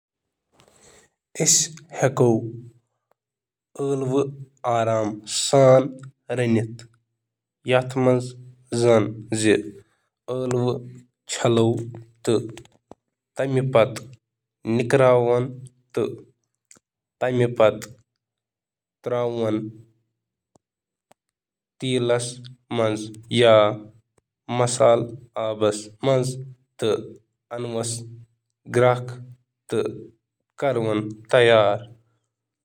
آلو بناونہٕ خٲطرٕ ہیٚکِو تُہۍ ہیٚکِو: اوون کْریو پری ہیٹ 425°F تام آلو چھلِو تہٕ خۄشٕک کٔرِو آلو کٔرِو 2-3 لَٹہِ کانٹہٕ یا تیز چھُرِ سۭتۍ ژٔھرِتھ آلوَن کٔرِو ہلکہٕ پٲٹھۍ تیٖل تہٕ فراخدلی سان نوٗنہٕ سۭتۍ کوٹ آلو تھٲوِو بیکنگ شیٹس یا کوکی شیٹس پیٹھ ۔ 50-60 منٹن تام کْریو بیک، یا ٹینڈر تام